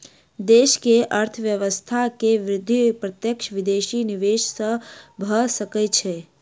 देश के अर्थव्यवस्था के वृद्धि प्रत्यक्ष विदेशी निवेश सॅ भ सकै छै